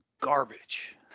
garbage